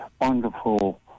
wonderful